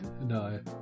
no